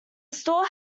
store